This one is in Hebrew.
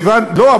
לא,